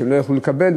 שהם לא יכלו לקבל,